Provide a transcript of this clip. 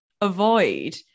avoid